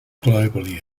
globally